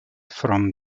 from